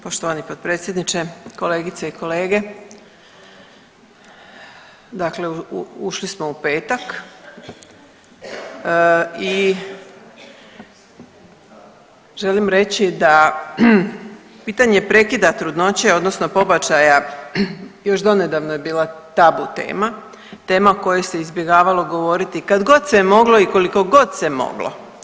Poštovani potpredsjedniče, kolegice i kolege dakle ušli smo u petak i želim reći da pitanje prekida trudnoće, odnosno pobačaja još donedavno je bila tabu tema, tema o kojoj se izbjegavalo govoriti kad god se je moglo i koliko god se moglo.